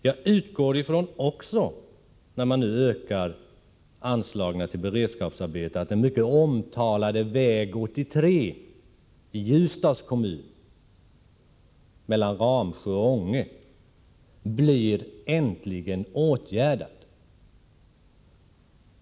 Jag utgår också ifrån — när man nu ökar anslagen till beredskapsarbeten — att den mycket omtalade väg 83 mellan Ramsjö och Ånge i Ljusdals kommun äntligen blir åtgärdad.